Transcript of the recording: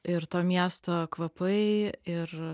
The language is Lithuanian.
ir to miesto kvapai ir